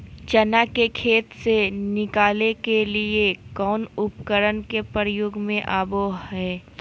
चना के खेत से निकाले के लिए कौन उपकरण के प्रयोग में आबो है?